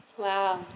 !wow!